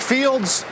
Fields